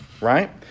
right